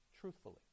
truthfully